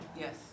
Yes